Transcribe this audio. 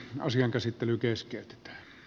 asian käsittely keskeytetään